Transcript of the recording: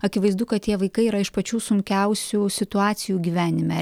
akivaizdu kad tie vaikai yra iš pačių sunkiausių situacijų gyvenime